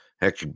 heck